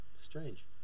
Strange